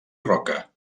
roca